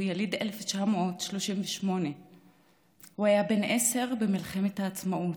הוא יליד 1938. הוא היה בן עשר במלחמת העצמאות,